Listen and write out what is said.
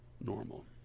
normal